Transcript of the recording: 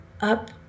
up